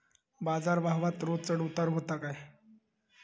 बाजार भावात रोज चढउतार व्हता काय?